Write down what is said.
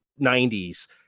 90s